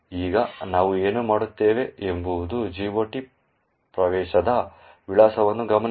ಈಗ ನಾವು ಏನು ಮಾಡುತ್ತೇವೆ ಎಂಬುದು GOT ಪ್ರವೇಶದ ವಿಳಾಸವನ್ನು ಗಮನಿಸಿ